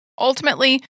Ultimately